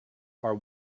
are